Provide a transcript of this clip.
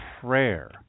prayer